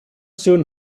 soon